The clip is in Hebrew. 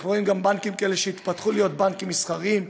אנחנו רואים גם בנקים כאלה שהתפתחו להיות בנקאים מסחריים,